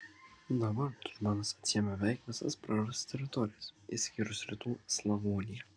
dabar tudžmanas atsiėmė beveik visas prarastas teritorijas išskyrus rytų slavoniją